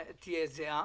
תהיה זהה.